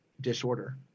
disorder